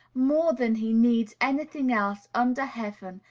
more than he needs any thing else under heaven,